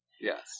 Yes